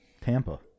Tampa